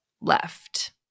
left